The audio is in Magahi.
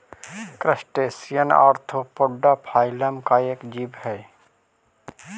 क्रस्टेशियन ऑर्थोपोडा फाइलम का एक जीव हई